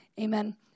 Amen